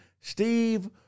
Steve